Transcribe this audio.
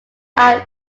are